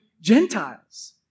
Gentiles